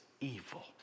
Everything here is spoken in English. evil